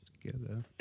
together